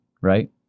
right